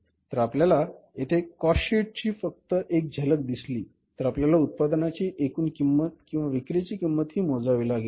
तर जर आपल्याला येथे कॉस्ट शीट ची फक्त एक झलक दिसली तर आपल्याला उत्पादनाची एकूण किंमत किंवा विक्रीची किंमत ही मोजवी लागेल